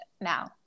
now